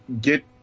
get